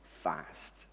fast